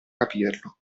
capirlo